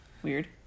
Weird